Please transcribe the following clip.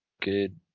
Good